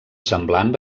semblant